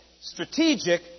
strategic